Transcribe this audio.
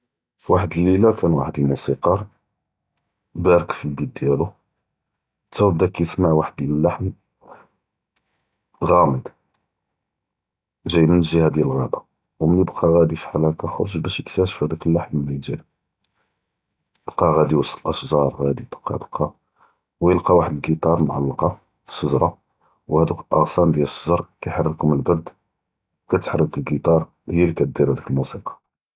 פי וחד אללילה כאן וחד אלמוסיקאר בארכ פי אלבית דיאלו, תאודא כיסמע וחד אללחן, ע’אמצ, ג’אי מן אלג’יה דיאל אלע’אבה, ו מן בקא ראדי פחאל האכא חרג באש יכתאשעף דאכ אללחן מן ג’אי, בקא ראדי פוסט אלאשג’אר ראדי דקא דקא, ו ילקא וחד אלקיתאר מעַלְקָה, פי אלשג’רה ו האדוק אלאע’צאן דיאל אלשג’ר כיחרכהום אלברד, כתחרכ אלקיתאר, היא